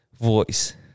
voice